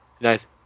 Nice